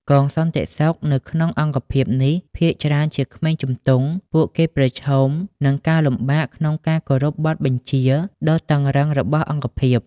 កងសន្តិសុខនៅក្នុងអង្គភាពនេះភាគច្រើនជា ក្មេងជំទង់ ពួកគេប្រឈមនឹងការលំបាកក្នុងការគោរពបទបញ្ជាដ៏តឹងតែងរបស់អង្គភាព។